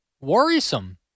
worrisome